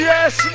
Yes